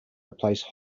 replace